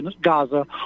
Gaza